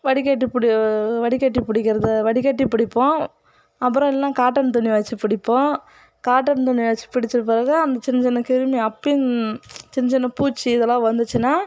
வடிகட்டி பிடி வடிகட்டி பிடிக்கிறது வடிகட்டி பிடிப்போம் அப்புறம் இல்லைனா காட்டன் துணி வச்சு பிடிப்போம் காட்டன் துணி வச்சு பிடித்த பிறகு அந்த சின்ன சின்ன கிருமி அப்பவும் சின்ன சின்ன பூச்சி இதெல்லாம் வந்துச்சின்னா